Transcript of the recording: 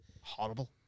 horrible